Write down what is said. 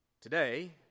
today